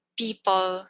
people